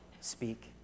speak